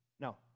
No